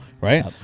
right